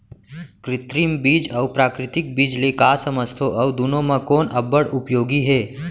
कृत्रिम बीज अऊ प्राकृतिक बीज ले का समझथो अऊ दुनो म कोन अब्बड़ उपयोगी हे?